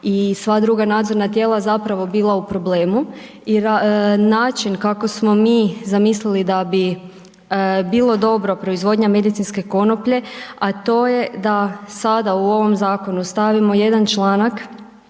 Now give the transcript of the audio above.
i sva druga nadzorna tijela zapravo bila u problemu jer način kako smo mi zamislili da bi bilo dobro, proizvodnja medicinske konoplje, a to je da sada u ovom zakonu stavimo jedan članak